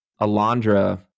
Alondra